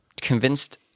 convinced